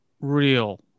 real